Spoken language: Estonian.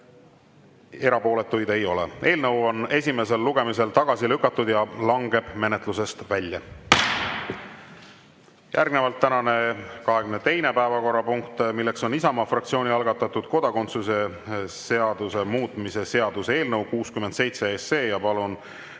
erapooletuid ei ole. Eelnõu on esimesel lugemisel tagasi lükatud ja langeb menetlusest välja. Järgnevalt tänane 22. päevakorrapunkt, mis on Isamaa fraktsiooni algatatud kodakondsuse seaduse muutmise seaduse eelnõu 67. Palun